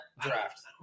draft